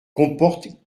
comporte